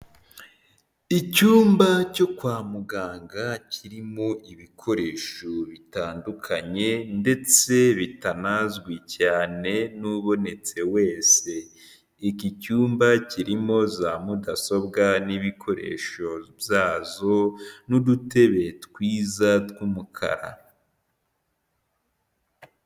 Icyumba cyo kwa muganga kirimo ibikoresho bitandukanye ndetse bitazwi cyane n'ubonetse wese, iki cyumba kirimo za mudasobwa n'ibikoresho byazo n'udutebe twiza tw'umukara.